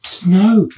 snow